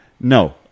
No